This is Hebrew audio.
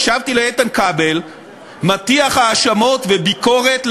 הקשבתי לאיתן כבל מטיח האשמות וביקורת,